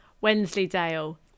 Wensleydale